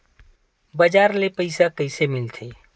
बजार ले पईसा कइसे मिलथे?